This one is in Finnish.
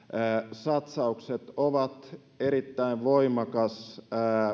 satsaukset ovat erittäin voimakas